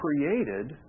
created